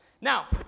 Now